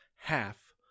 half